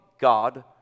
God